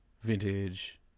vintage